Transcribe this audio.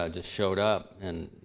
ah just showed up. and,